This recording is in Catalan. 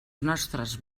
nostres